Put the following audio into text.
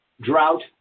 drought